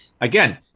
Again